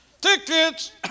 Tickets